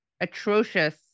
atrocious